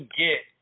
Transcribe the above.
get